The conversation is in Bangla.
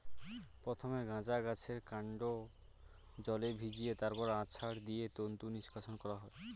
প্রথমে গাঁজা গাছের কান্ড জলে ভিজিয়ে তারপর আছাড় দিয়ে তন্তু নিষ্কাশণ করা হয়